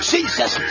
Jesus